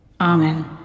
Amen